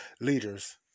leaders